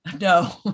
no